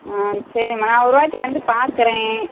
ஆ சரிம்மா நான் ஒரு வாட்டி வந்து பார்க்குறேன்